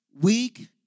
weak